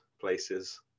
places